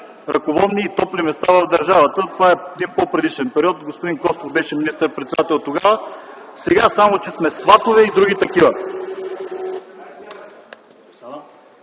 ръководни и топли места в държавата. Това е един по-предишен период. Господин Костов беше министър-председател тогава. Сега сме сватове и други такива.